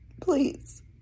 Please